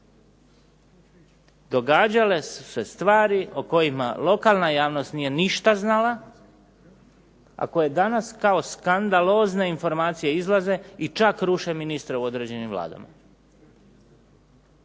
događale su se stvari o kojima lokalna javnost nije ništa znala a koje danas kao skandalozne informacije izlaze i čak ruše ministre u određenim vladama